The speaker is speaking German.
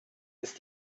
ist